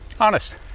Honest